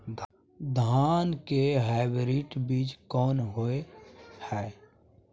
धान के हाइब्रिड बीज कोन होय है?